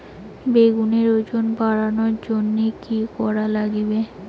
বেগুনের ওজন বাড়াবার জইন্যে কি কি করা লাগবে?